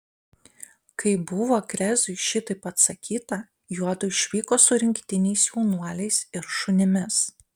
kai buvo krezui šitaip atsakyta juodu išvyko su rinktiniais jaunuoliais ir šunimis